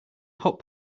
hot